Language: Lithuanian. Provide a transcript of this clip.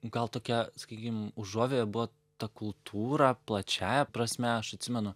gal tokia sakykim užuovėja buvo ta kultūra plačiąja prasme aš atsimenu